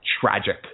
tragic